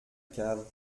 cave